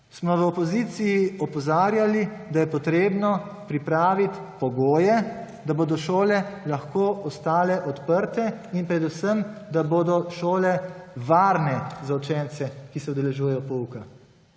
smo v opoziciji opozarjali, da je potrebno pripraviti pogoje, da bodo šole lahko ostale odprte in predvsem, da bodo šole varne za učence, ki se udeležujejo pouka.